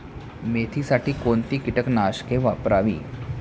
मेथीसाठी कोणती कीटकनाशके वापरावी?